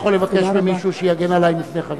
הלוואי שאני הייתי יכול לבקש ממישהו שיגן עלי מפני חברי.